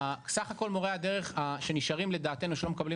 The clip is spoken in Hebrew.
סך הכל מורי הדרך שנשארים לדעתנו שלא מקבלים